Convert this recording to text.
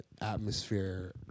atmosphere